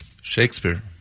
Shakespeare